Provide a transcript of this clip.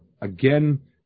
again